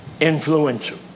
Influential